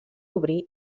obrir